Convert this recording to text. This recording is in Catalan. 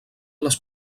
les